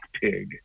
pig